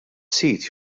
sit